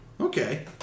Okay